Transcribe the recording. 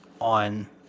on